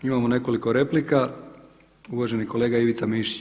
Imamo nekoliko replika, uvaženi kolega Ivica Mišić.